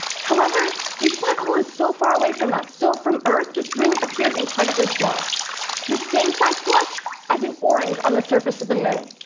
however, this black hole is so far away from us, that so from earth, this ring appears incredibly small the same size to us as an orange on the surface of the moon.